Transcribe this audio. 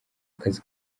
kazi